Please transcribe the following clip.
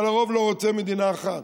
אבל הרוב לא רוצה מדינה אחת.